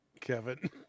Kevin